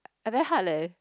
very hard leh